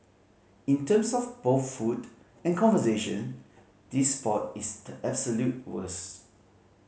in terms of both food and conversation this spot is the absolute worst